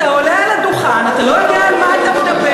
אתה עולה על הדוכן, אתה לא יודע על מה אתה מדבר.